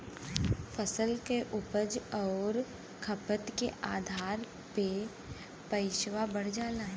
फसल के उपज आउर खपत के आधार पे पइसवा बढ़ जाला